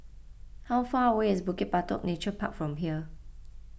how far away is Bukit Batok Nature Park from here